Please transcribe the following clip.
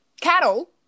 cattle